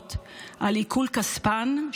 הוועדה את חוק הגנה מפני עיקול של כספי סיוע